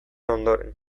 ondoren